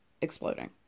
exploding